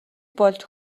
болж